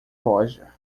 loja